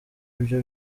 ibyo